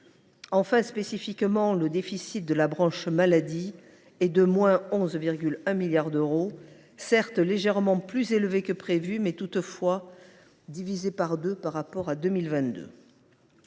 Plus spécifiquement, le déficit de la branche maladie est de 11,1 milliards d’euros. S’il est donc légèrement plus élevé que prévu, il a toutefois été divisé par deux par rapport à 2022.